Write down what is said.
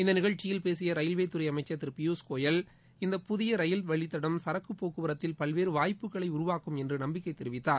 இந்த நிகழ்ச்சியில் பேசிய ரயில்வேத்துறை அமைச்சர் திரு பியூஷ் கோயல் இந்த புதிய ரயில் வழித்தடம் சரக்கு போக்குவரத்தில் பல்வேறு வாய்ப்புக்களை உருவாக்கும் என்று நம்பிக்கை தெரிவித்தார்